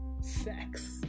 sex